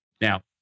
Now